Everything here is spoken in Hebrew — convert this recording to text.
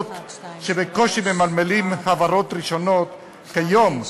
הפעוטות שבקושי ממלמלים הברות ראשונות כיום,